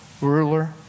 ruler